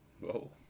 Whoa